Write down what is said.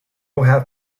have